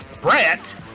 Brett